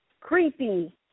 creepy